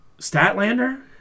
Statlander